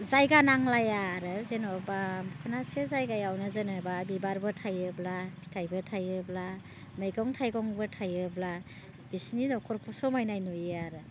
जायगा नांलाया आरो जेनेबा ख'नासे जायगायावनो जेनेबा बिबारबो थायोब्ला फिथाइबो थायोब्ला मैगं थाइगंबो थायोब्ला बिसिनि न'खरखौ समायनाय नुयो आरो